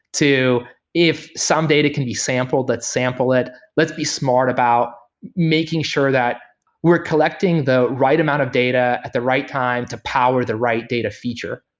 to if some data can be sampled, let's sample it. let's be smart about making sure that we're collecting the right amount of data at the right time to power the right data feature.